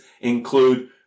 include